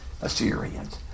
Assyrians